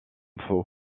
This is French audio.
faux